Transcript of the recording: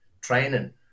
training